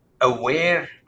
aware